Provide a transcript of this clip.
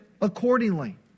accordingly